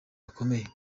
gakomeye